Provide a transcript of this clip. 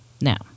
now